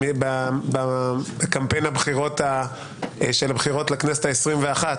בקמפיין של הבחירות לכנסת ה-21,